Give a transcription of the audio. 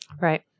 Right